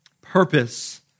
purpose